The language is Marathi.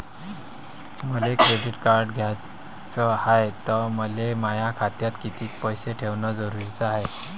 मले क्रेडिट कार्ड घ्याचं हाय, त मले माया खात्यात कितीक पैसे ठेवणं जरुरीच हाय?